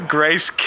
Grace